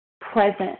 present